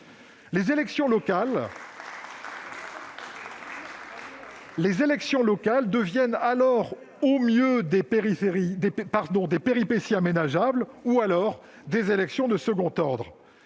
Les élections locales deviennent alors, au mieux, des péripéties aménageables, au pire, des élections de second ordre.